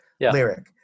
lyric